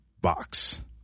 box